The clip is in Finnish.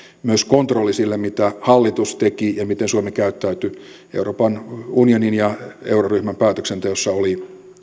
myös kontrolli sille mitä hallitus teki ja miten suomi käyttäytyi euroopan unionin ja euroryhmän päätöksenteossa oli